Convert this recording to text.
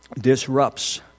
disrupts